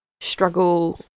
struggle